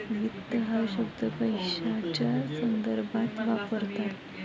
वित्त हा शब्द पैशाच्या संदर्भात वापरतात